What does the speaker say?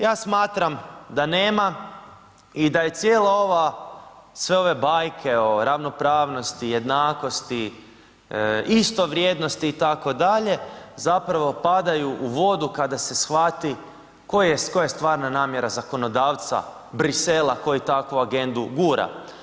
Ja smatram da nema i da je cijela ova, sve ove bajke o ravnopravnosti, jednakosti, istovrijednosti, itd., zapravo padaju u vodu kada se shvati koja je stvarna namjera zakonodavca Bruxellesa koji takvu agendu gura.